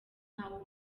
ntawe